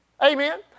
Amen